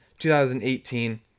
2018